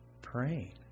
praying